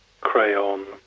crayon